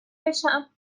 بشم